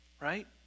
right